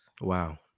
wow